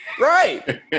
Right